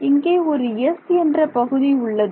இங்கே ஒரு 'S' என்ற பகுதி உள்ளது